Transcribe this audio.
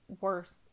worse